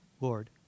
Lord